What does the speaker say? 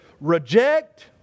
Reject